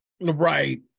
right